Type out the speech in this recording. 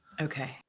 Okay